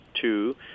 two